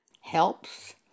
helps